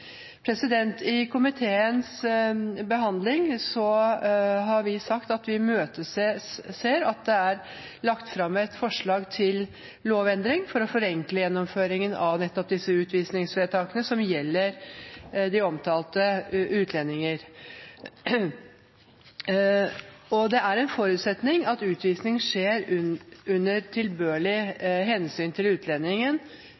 I komiteens behandling har vi sagt at vi imøteser at det legges fram forslag til lovendring for å forenkle gjennomføringen av nettopp disse utvisningsvedtakene som gjelder de omtalte utlendinger. Det er en forutsetning at utvisning skjer under tilbørlig hensyn til utlendingen